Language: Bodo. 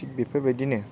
थिक बेफोरबायदिनो